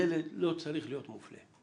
ילד לא צריך להיות מופלה.